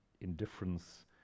indifference